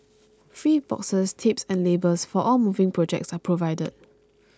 free boxes tapes and labels for all moving projects are provided